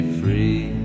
free